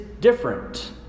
different